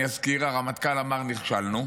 אני אזכיר: הרמטכ"ל אמר "נכשלנו".